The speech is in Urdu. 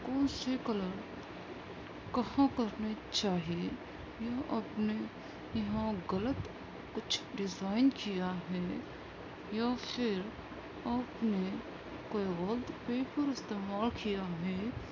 کون سے کلر کہاں کرنے چاہیے یا آپ نے یہاں غلط کچھ ڈیزائن کیا ہے یا پھر آپ نے کوئی وال پیپر استعمال کیا ہے